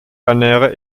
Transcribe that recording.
ernähre